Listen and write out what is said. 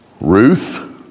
Ruth